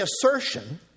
assertion